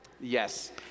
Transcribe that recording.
Yes